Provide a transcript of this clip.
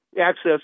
access